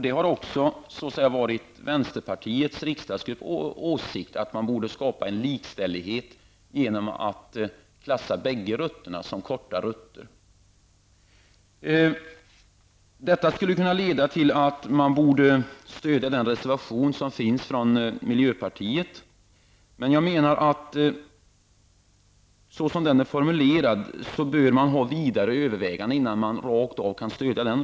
Det har också varit åsikten i vänsterpartiets riksdagsgrupp att man borde skapa en likställighet genom att klassa bägge rutterna som korta rutter. Detta skulle kunna leda till att man borde stödja reservationen från miljöpartiet. Jag menar dock att så som den är formulerad bör man göra vidare överväganden innan man rakt av kan stödja den.